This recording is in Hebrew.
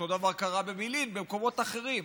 אותו דבר קרה בבילעין ובמקומות אחרים.